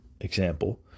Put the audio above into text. example